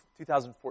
2014